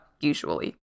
usually